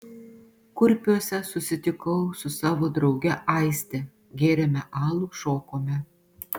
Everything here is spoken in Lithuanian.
kurpiuose susitikau su savo drauge aiste gėrėme alų šokome